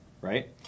right